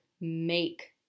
make